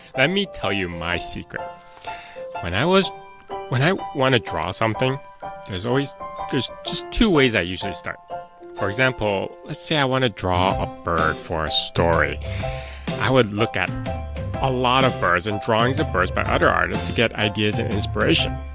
me tell you my secret when i was when i want to draw something there's always just just two ways i usually start for example let's say i want to draw a bird for a story i would look at a lot of birds and drawings of birds by other artists to get ideas and inspiration